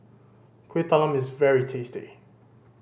Kueh Talam is very tasty